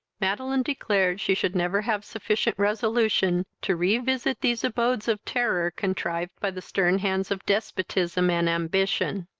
madeline declared she should never have sufficient resolution to re-visit these abodes of terror, contrived by the stern hands of despotism and ambition.